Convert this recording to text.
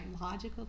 logical